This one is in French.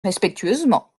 respectueusement